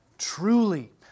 Truly